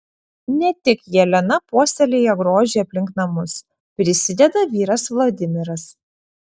ne tik jelena puoselėja grožį aplink namus prisideda vyras vladimiras